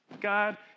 God